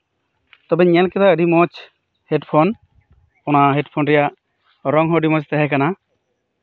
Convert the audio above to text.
ᱛᱚᱵᱮᱧ ᱧᱮᱞ ᱠᱮᱫᱟ ᱟᱹᱰᱤ ᱢᱚᱸᱡ ᱦᱮᱰᱯᱷᱳᱱ ᱚᱱᱟ ᱦᱮᱰᱯᱷᱳᱱ ᱨᱮᱭᱟᱜ ᱨᱚᱝ ᱦᱚᱸ ᱟᱹᱰᱤ ᱢᱚᱸᱡ ᱛᱟᱸᱦᱮ ᱠᱟᱱᱟ